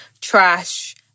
trash